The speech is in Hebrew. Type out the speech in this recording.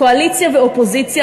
קואליציה ואופוזיציה,